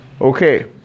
Okay